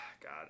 God